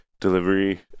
delivery